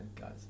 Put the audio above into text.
guys